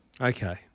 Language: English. Okay